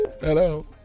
Hello